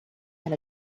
and